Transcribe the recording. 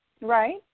Right